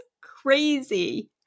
crazy